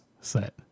set